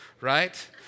Right